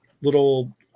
little